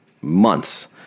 months